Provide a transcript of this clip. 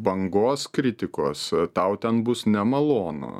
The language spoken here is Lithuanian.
bangos kritikos tau ten bus nemalonu